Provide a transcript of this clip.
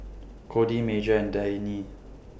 Codi Major and Dannie